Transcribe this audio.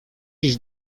iść